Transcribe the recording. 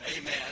Amen